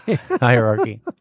Hierarchy